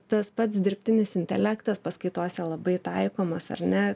tas pats dirbtinis intelektas paskaitose labai taikomas ar ne